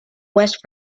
west